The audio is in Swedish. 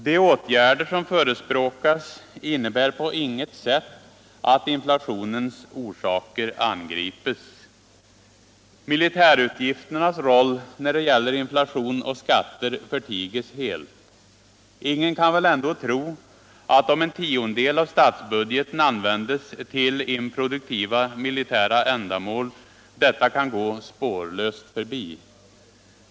De åtgärder som förespråkas innebär på inget sätt att inflationens orsaker angrips. Militärutgifternas roll när det gäller inflation och skatter förtigs helt. Ingen kan väl ändå tro att om en tiondel av statsbudgeten används till improduktiva militära ändamål detta kan gå spårlöst förbi.